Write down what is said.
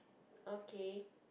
okay